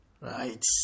Right